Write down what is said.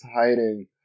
hiding